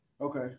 okay